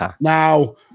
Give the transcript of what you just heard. Now